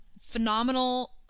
phenomenal